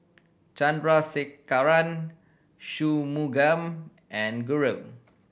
Chandrasekaran Shunmugam and Guru